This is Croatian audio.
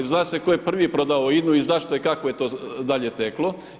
Zna se tko je prvi prodao INA-u i zašto i kako je to dalje teklo.